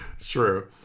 True